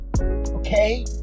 okay